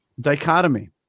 dichotomy